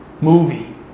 movie